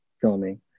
filming